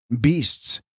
beasts